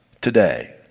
today